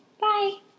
Bye